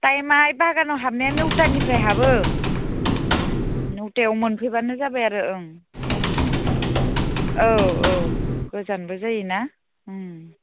टाइमा ओइ बागानावनो नौथानिफ्राय हाबो नौथायाव मोनफैब्लानो जाबाय आरो ओं औ औ गोजानबो जायोना ओं